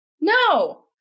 No